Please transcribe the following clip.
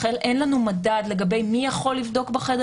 לכן אין לנו מדד מי יכול לבדוק בחדר